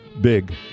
big